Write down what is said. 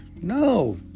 no